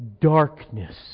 darkness